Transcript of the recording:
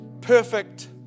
perfect